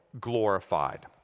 glorified